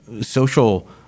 social